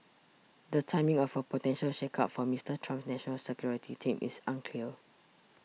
the timing of a potential shakeup for Mister Trump's national security team is unclear